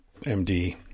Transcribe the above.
MD